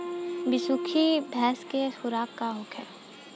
बिसुखी भैंस के खुराक का होखे?